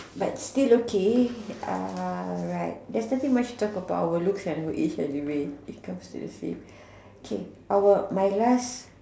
but still okay uh right thats nothing much to talk about looks at our age anyways okay my last